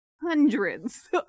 hundreds